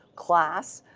class,